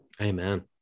Amen